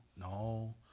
no